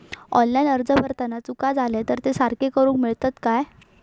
Online अर्ज भरताना चुका जाले तर ते सारके करुक मेळतत काय?